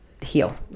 heal